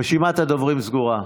רשימת הדוברים סגורה.